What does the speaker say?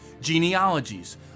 Genealogies